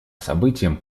событиям